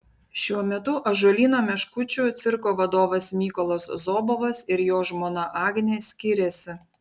šiuo metu ąžuolyno meškučių cirko vadovas mykolas zobovas ir jo žmona agnė skiriasi